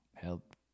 help